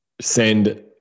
send